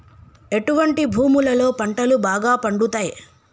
ఎటువంటి భూములలో పంటలు బాగా పండుతయ్?